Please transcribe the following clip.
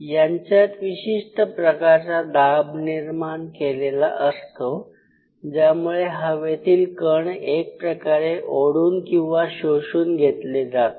यांच्यात विशिष्ट प्रकारचा दाब निर्माण केलेला असतो ज्यामुळे हवेतील कण एक प्रकारे ओढून किंवा शोषून घेतले जातात